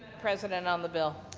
president, on the bill.